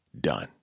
Done